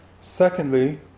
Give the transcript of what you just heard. Secondly